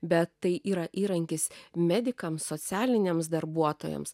bet tai yra įrankis medikams socialiniams darbuotojams